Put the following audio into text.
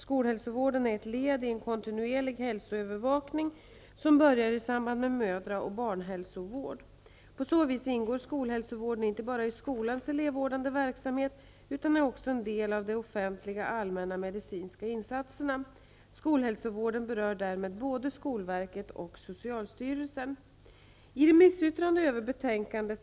Skolhälsovården är ett led i en kontinuerlig hälsoövervakning, som börjar i samband med mödra och barnhälsovård. På så vis ingår skolhälsovården inte bara i skolans elevvårdande verksamhet utan är också en del av de offentliga allmänna medicinska insatserna. Skolhälsovården berör därmed både skolverket och socialstyrelsen.